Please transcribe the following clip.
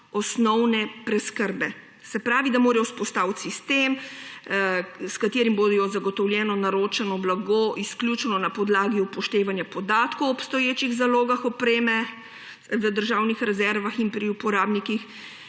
osnovne preskrbe. Se pravi, da morajo vzpostaviti sistem, s katerim bo zagotovljeno naročeno blago izključno na podlagi upoštevanja podatkov o obstoječih zalogah opreme v državnih rezervah in pri uporabnikih,